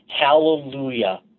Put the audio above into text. hallelujah